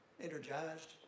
Energized